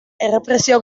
errepresio